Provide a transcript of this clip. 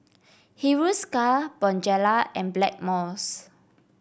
Hiruscar Bonjela and Blackmores